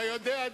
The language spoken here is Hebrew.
אתה יודע,